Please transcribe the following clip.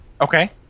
Okay